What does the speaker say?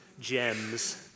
gems